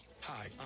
hi